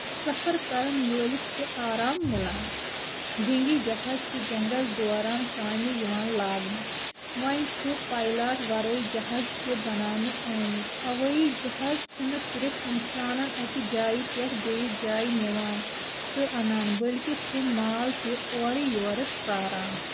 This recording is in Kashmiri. سَفر کرن وٲلِس چھُ آرام مِلان جنگی جِہازٕ چھِ جنگس دوران کامہِ یِوان لاگنہٕ وۄنۍ چھُ پایلاٹ وَرٲے جَہازٕ تہِ بَناونہٕ آمٕتۍ ہوٲیی جَہازٕ چھُنہٕ صِرف اِنسانن اَکہِ جایہِ پٮ۪ٹھ بیٚیس جایہِ نِوان تہٕ اَنان بٔلکہِ چھُ مال تہِ اورٕ یورٕ ساران